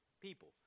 people